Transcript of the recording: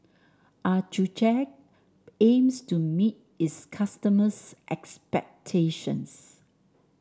Accucheck aims to meet its customers' expectations